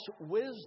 wisdom